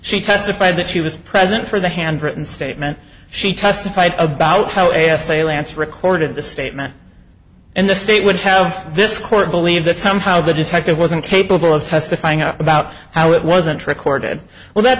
she testified that she was present for the handwritten statement she testified about how essay lance recorded the statement and the state would have this court believe that somehow the detective wasn't capable of testifying about how it wasn't recorded well that